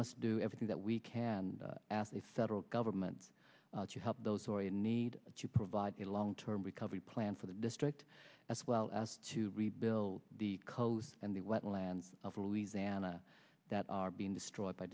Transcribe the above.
must do everything that we can ask the federal government to help those who are in need to provide a long term recovery plan for the district as well as to rebuild the coast and the wetlands of louisiana that are being destroyed by